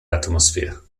atmosphere